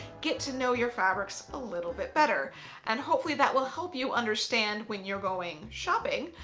get to know your fabrics a little bit better and hopefully that will help you understand when you're going shopping,